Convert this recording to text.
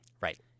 right